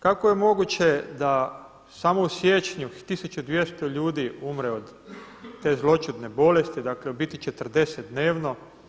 Kako je moguće da samo u siječnju 1200 ljudi umre od te zloćudne bolesti, dakle u biti 40 dnevno?